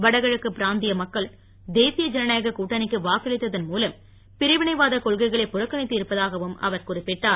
வடகிழக்கு பிராந்திய மக்கள் தேசிய ஜனநாயக கூட்டணிக்கு வாக்களித்ததன் மூலம் பிரிவினைவாதக் கொள்கைகளை புறக்கணித்து இருப்பதாகவும் அவர் குறிப்பிட்டார்